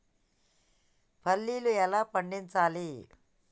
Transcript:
పల్లీలు ఎలా పండించాలి?